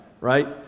right